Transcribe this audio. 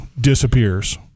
disappears